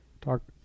Talk